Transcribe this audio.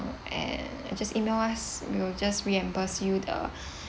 and just E-mail us we'll just reimburse you the